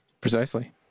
Precisely